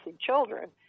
Children